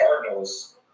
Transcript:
Cardinals